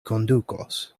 kondukos